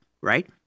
right